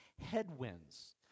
headwinds